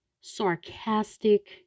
sarcastic